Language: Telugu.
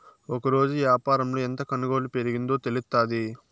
ఒకరోజు యాపారంలో ఎంత కొనుగోలు పెరిగిందో తెలుత్తాది